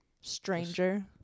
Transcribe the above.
stranger